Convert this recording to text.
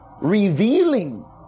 revealing